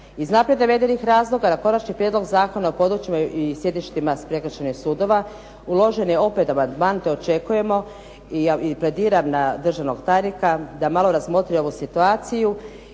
I znate da … razloga da konačni prijedlog Zakona o područjima i sjedištima prekršajnih sudova uložen je opet amandman, to očekujemo i plediram na državnog tajnika da malo razmotri ovu situaciju